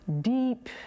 deep